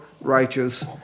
righteous